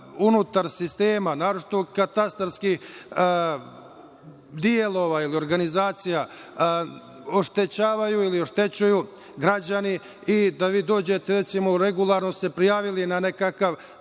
unutar sistema, naročito katastarskih delova ili organizacija, oštećuju građani i da vi dođete, recimo, regularno se prijavite na neki